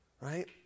right